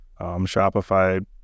shopify